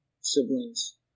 siblings